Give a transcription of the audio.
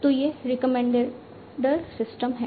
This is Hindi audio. तो ये रिकमेंडर सिस्टम हैं